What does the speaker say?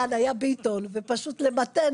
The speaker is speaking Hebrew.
והם משוועים לתנאים,